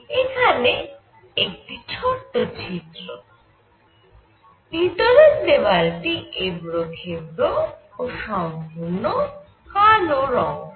এখানে একটি ছোট ছিদ্র ভিতরের দেওয়াল টি এবড়ো খেবড়ো ও সম্পূর্ণ কালো রঙ করা